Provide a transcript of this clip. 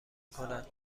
کند